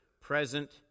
present